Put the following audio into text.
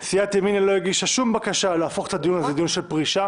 סיעת ימינה לא הגישה שום בקשה להפוך את הדיון הזה לדיון של פרישה,